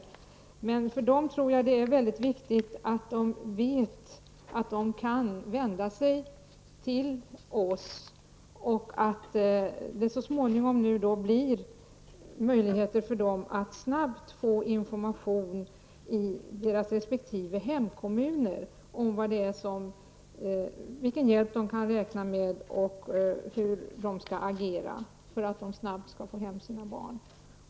Jag tror emellertid att det för dessa kvinnor är väldigt viktigt att veta att de kan vända sig till oss och att de så småningom i sina hemkommuner kommer att kunna få information om vilken hjälp de kan räkna med och hur de skall agera för att snabbt kunna få hem sina barn.